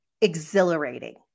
exhilarating